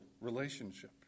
relationship